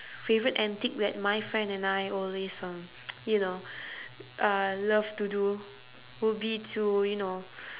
favourite antic that my friend and I always um you know uh love to do would be to you know